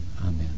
Amen